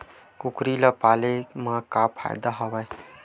कुकरी ल पाले म का फ़ायदा हवय?